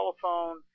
telephone